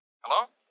Hello